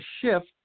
shift